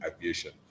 aviation